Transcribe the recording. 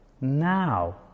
now